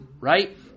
Right